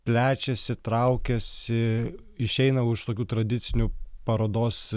plečiasi traukiasi išeina už tokių tradicinių parodos